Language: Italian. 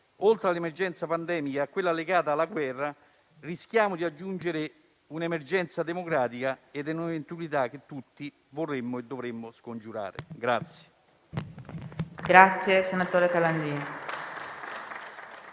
oltre all'emergenza pandemia e a quella legata alla guerra, rischiamo di aggiungere un'emergenza democratica: un'eventualità che tutti vorremmo e dovremmo scongiurare.